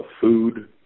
food